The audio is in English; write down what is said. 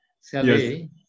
sally